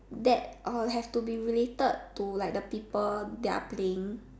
that uh have to be related to like the people their playing